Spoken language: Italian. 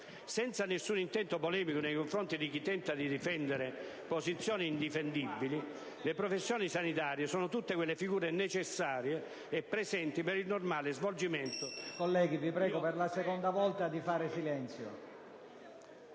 Senza nessun intento polemico nei confronti di chi tenta di difendere posizioni indifendibili, le professioni sanitarie sono tutte quelle figure necessarie e presenti per il normale svolgimento del Servizio sanitario nazionale.